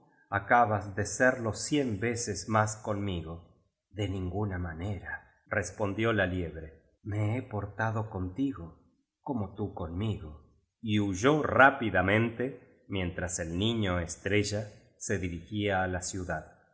acabas de serlo cien ve ces más conmigo de ninguna manerarespondió la liebre me he porta do contigo como tú conmigo y huyó rápidamente mientras el niño estrella se dirigía á la ciudad